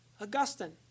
Augustine